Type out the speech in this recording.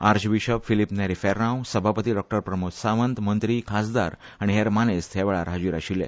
arch bishop Filipe Neri Ferrao सभापती प्रमोद सावंत मंत्री खासदार आनी हेर मानेस्त ह्या वेळार हाजीर आशिल्ले